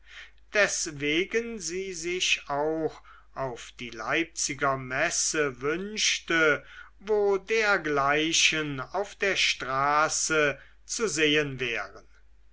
deswegen sie sich auch auf die leipziger messe wünschte wo dergleichen auf der straße zu sehen wären